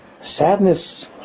Sadness